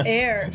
air